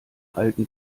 alten